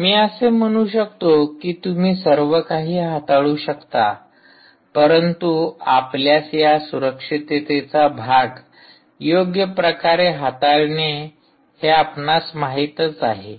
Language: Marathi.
मी असे म्हणू शकतो कि तुम्ही सर्व काही हाताळू शकता परंतु आपल्यास या सुरक्षिततेचा भाग योग्य प्रकारे हाताळणे हे आपणास माहितच आहे